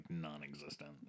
non-existent